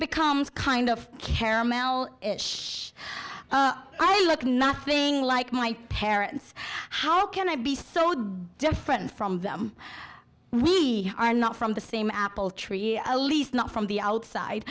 becomes kind of caramel i look nothing like my parents how can i be so different from them we are not from the same apple tree at least not from the outside